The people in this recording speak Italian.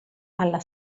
alla